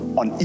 on